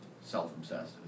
self-obsessed